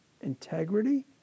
integrity